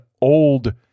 old